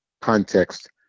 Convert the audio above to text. context